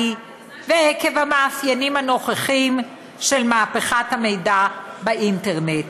ועקב המאפיינים הנוכחיים של מהפכת המידע באינטרנט.